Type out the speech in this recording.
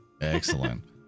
Excellent